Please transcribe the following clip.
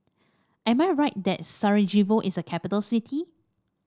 am I right that Sarajevo is a capital city